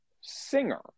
singer